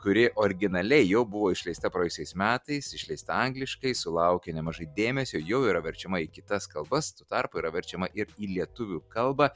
kuri originaliai jau buvo išleista praėjusiais metais išleista angliškai sulaukė nemažai dėmesio jau yra verčiama į kitas kalbas tuo tarpu yra verčiama ir į lietuvių kalbą